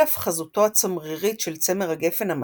על אף חזותו הצמרירית של צמר הגפן המתוק,